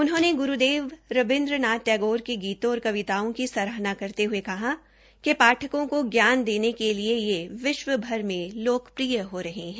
उन्होंने ग्रूदेव रवीन्द्र नाथ टैगोर के गीतो और कविताओं की सराहना करते हये कि पाठकों को ज्ञान देने के लिए ये विश्वभर में लोकप्रिय हो रहे है